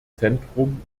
zentrum